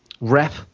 rep